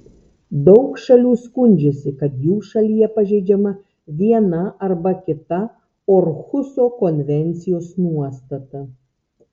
daug šalių skundžiasi kad jų šalyje pažeidžiama viena arba kita orhuso konvencijos nuostata